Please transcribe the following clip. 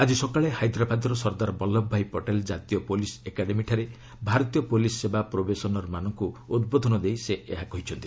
ଆଜି ସକାଳେ ହାଇଦ୍ରାବାଦ୍ର ସର୍ଦ୍ଦାର ବଲ୍ଲଭ ଭାଇ ପଟେଲ ଜାତୀୟ ପୁଲିସ୍ ଏକାଡେମୀଠାରେ ଭାରତୀୟ ପୁଲିସ୍ ସେବା ପ୍ରୋବେସନରମାନଙ୍କୁ ଉଦ୍ବୋଧନ ଦେଇ ସେ ଏହା କହିଛନ୍ତି